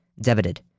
debited